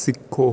ਸਿੱਖੋ